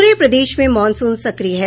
पूरे प्रदेश में मॉनसून सक्रिय है